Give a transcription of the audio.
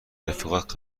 رفیقات